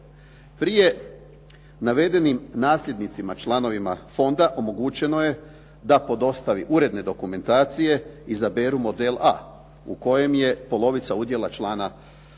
Prije navedenim nasljednicima članovima fonda omogućeno je da po dostavi uredne dokumentacije izaberu model a u kojem je polovica udjela člana fonda